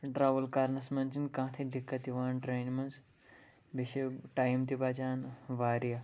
travel کَرنَس منٛز چھِنہٕ کانٛہہ تہِ دِقت یِوان ٹرٛینہِ منٛز بیٚیہِ چھِ ٹایم تہِ بَچان واریاہ